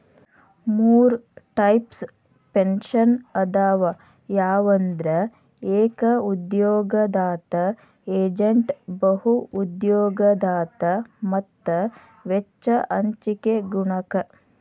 ಮೂರ್ types pension ಅದಾವ ಯಾವಂದ್ರ ಏಕ ಉದ್ಯೋಗದಾತ ಏಜೇಂಟ್ ಬಹು ಉದ್ಯೋಗದಾತ ಮತ್ತ ವೆಚ್ಚ ಹಂಚಿಕೆ ಗುಣಕ